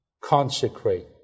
consecrate